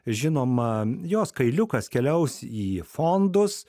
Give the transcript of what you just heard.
žinoma jos kailiukas keliaus į fondus